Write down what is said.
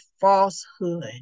falsehood